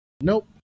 Nope